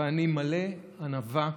ואני מלא ענווה,